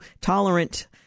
tolerant